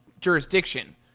jurisdiction